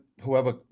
whoever